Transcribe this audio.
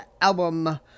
album